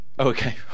Okay